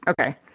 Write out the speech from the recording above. Okay